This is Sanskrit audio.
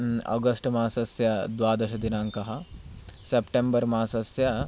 आगस्ट् मासस्य द्वादशदिनाङ्कः सेप्टम्बर् मासस्य